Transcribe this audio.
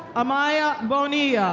amaya bonilla.